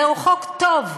זהו חוק טוב,